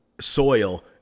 soil